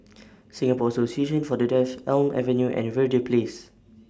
Singapore Association For The Deaf Elm Avenue and Verde Place